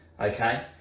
okay